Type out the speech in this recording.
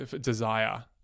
desire